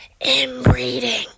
inbreeding